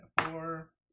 four